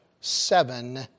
seven